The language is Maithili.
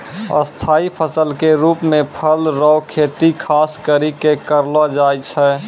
स्थाई फसल के रुप मे फल रो खेती खास करि कै करलो जाय छै